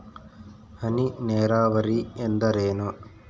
ಹನಿ ನೇರಾವರಿ ಎಂದರೇನು?